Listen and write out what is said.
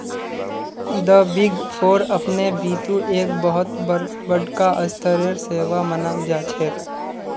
द big four अपने बितु एक बहुत बडका स्तरेर सेवा मानाल जा छेक